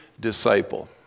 disciple